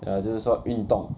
ya 就是说运动